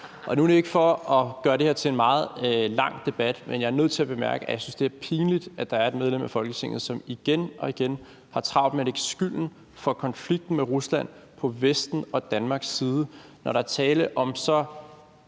Og nu er det ikke for at gøre det her til en meget lang debat, men jeg er nødt til at bemærke, at jeg synes, det er pinligt, at der er et medlem af Folketinget, som igen og igen har travlt med at lægge skylden for konflikten med Rusland på Vesten og Danmarks side, når der er tale om et